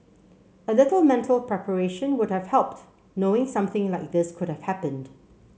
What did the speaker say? a little mental preparation would have helped knowing something like this could have happened